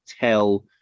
tell